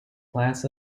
plants